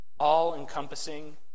all-encompassing